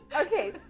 Okay